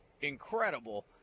incredible